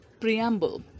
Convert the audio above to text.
Preamble